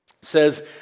says